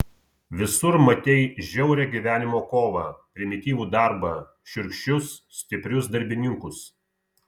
visur matei žiaurią gyvenimo kovą primityvų darbą šiurkščius stiprius darbininkus